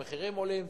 המחירים עולים.